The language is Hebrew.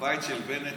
הבית של בנט,